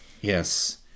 Yes